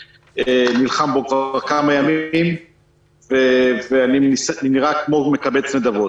נלחם בו כבר כמה ימים ואני נראה כמו מקבץ נדבות.